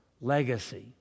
Legacy